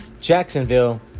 Jacksonville